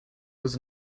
was